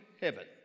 heaven